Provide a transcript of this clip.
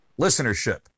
listenership